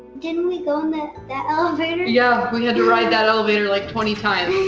didn't we go on that that elevator? yeah, we had to ride that elevator like twenty times.